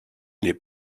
n’est